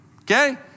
okay